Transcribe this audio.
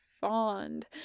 fond